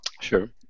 Sure